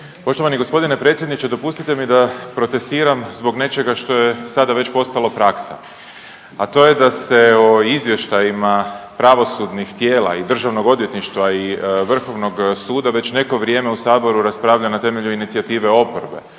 poštovani gospodine predsjedniče dopustite mi da protestiram zbog nečega što je sada već postalo praksa, a to je da se o izvještajima pravosudnih tijela i državnog odvjetništva i Vrhovnog suda već neko vrijeme u saboru raspravlja na temelju inicijative oporbe.